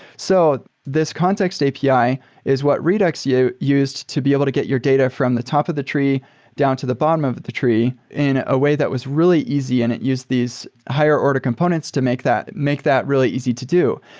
so this context api is what redux used to be able to get your data from the top of the tree down to the bottom of of the tree in a way that was really easy and it used these higher order components to make that make that really easy to do.